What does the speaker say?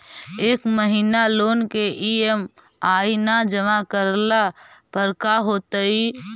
एक महिना लोन के ई.एम.आई न जमा करला पर का होतइ?